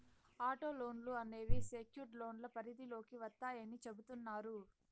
auto లోన్లు అనేవి secured లోన్ల పరిధిలోకి వత్తాయని చెబుతున్నారు